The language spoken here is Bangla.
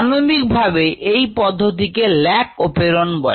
আণবিক ভাবে এই পদ্ধতিকে lac অপেরণ বলে